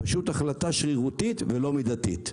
זו פשוט החלטה שרירותית ולא מידתית.